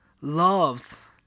loves